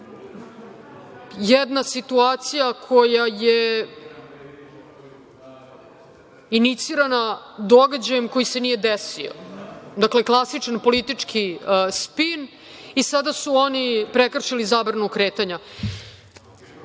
jedna situacija koja je inicirana događajem koji se nije desio, dakle, klasičan politički spin, i sada su oni prekršili zabranu kretanja. Ljudi